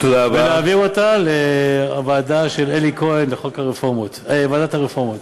ולעביר אותה לוועדה של אלי כהן, ועדת הרפורמות.